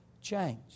change